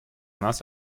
нас